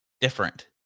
different